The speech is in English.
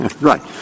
right